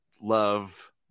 love